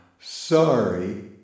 Sorry